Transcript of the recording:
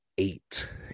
Eight